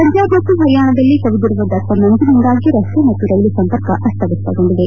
ಪಂಜಾಬ್ ಮತ್ತು ಪರಿಯಾಣದಲ್ಲಿ ಕವಿದಿರುವ ದಟ್ಟ ಮಂಜಿನಿಂದಾಗಿ ರಸ್ತೆ ಮತ್ತು ರೈಲು ಸಂಪರ್ಕ ಅಸ್ತವ್ದಸ್ತಗೊಂಡಿದೆ